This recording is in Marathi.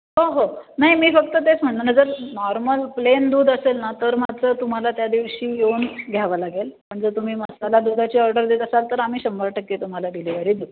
हो हो नाही मी फक्त तेच म्हटलं नं जर नॉर्मल प्लेन दूध असेल ना तर मात्र तुम्हाला त्या दिवशी येऊन घ्यावं लागेल पण जर तुम्ही मसाला दुधाची ऑर्डर देत असाल तर आम्ही शंभर टक्के तुम्हाला डिलिव्हरी देऊ